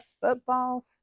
football